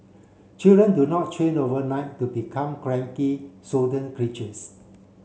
children do not change overnight to become cranky creatures